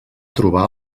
trobar